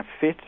fit